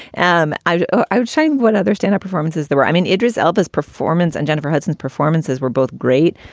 and i would say and what other standout performances there were, i mean idris elba as performance and jennifer hudson's performances were both great,